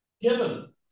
Given